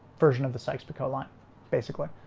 version of the sykes picot line basically,